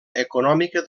econòmica